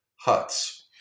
huts